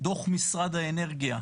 דוח משרד האנרגיה,